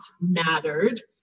mattered